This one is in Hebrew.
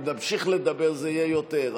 ואם תמשיך לדבר זה יהיה יותר.